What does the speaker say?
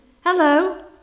Hello